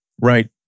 right